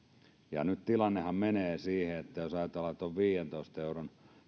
nythän tilanne menee siihen että jos ajatellaan että on viidentoista euron